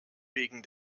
wegen